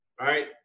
right